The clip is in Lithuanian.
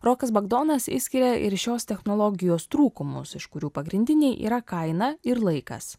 rokas bagdonas išskiria ir šios technologijos trūkumus iš kurių pagrindiniai yra kaina ir laikas